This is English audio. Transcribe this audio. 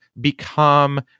become